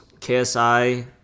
KSI